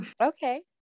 okay